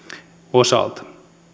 osalta